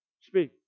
speak